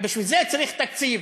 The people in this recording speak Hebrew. בשביל זה צריך תקציב,